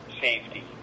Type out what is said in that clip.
safety